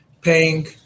paying